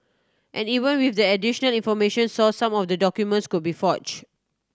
and even with the additional information source some of the documents could be forge